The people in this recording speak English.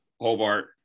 Hobart